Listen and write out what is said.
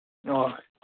ꯑꯣ